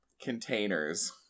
containers